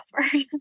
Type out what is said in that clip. password